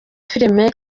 filime